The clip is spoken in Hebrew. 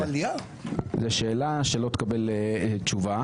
זאת שאלה שלא תקבל תשובה.